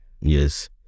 Yes